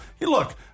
look